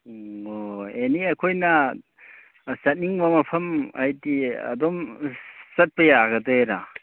ꯎꯝ ꯑꯣ ꯑꯦꯅꯤ ꯑꯩꯈꯣꯏꯅ ꯆꯠꯅꯤꯡꯕ ꯃꯐꯝ ꯍꯥꯏꯗꯤ ꯑꯗꯨꯝ ꯆꯠꯄ ꯌꯥꯒꯗꯣꯏꯔꯥ